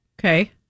Okay